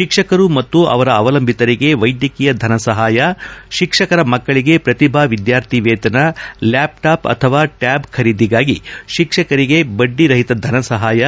ಶಿಕ್ಷಕರು ಮತ್ತು ಅವರ ಅವಲಂಬಿತರಿಗೆ ವೈದ್ಯಕೀಯ ಧನ ಸಹಾಯ ಶಿಕ್ಷಕರ ಮಕ್ಕಳಿಗೆ ಪ್ರತಿಭಾ ವಿದ್ಯಾರ್ಥಿ ವೇತನ ಲ್ಯಾಪ್ಟಾಪ್ ಅಥವಾ ಟ್ಯಾಬ್ ಖರೀದಿಗಾಗಿ ಶಿಕ್ಷಕರಿಗೆ ಬಡ್ಡಿ ರಹಿತ ಧನ ಸಹಾಯ